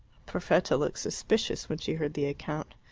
perfetta looked suspicious when she heard the account.